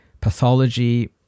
pathology